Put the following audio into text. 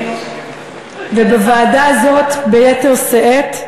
ובוועדה הזאת ביתר שאת.